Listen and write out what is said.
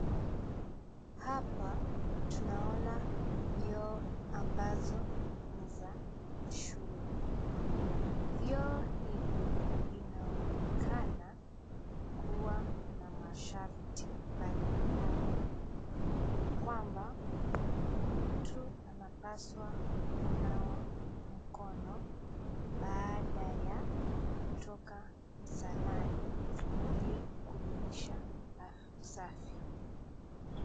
Hapa tunaona vioo ambazo ni za shule vioo hivyo vinaoonekana kuwa na masharti mbali mbali kwamba mtu anapaswa kunawa mkono baada ya kutoka msalani ili kudumisha usafi.